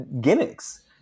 gimmicks